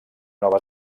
nova